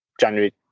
January